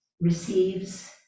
receives